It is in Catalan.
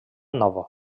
nova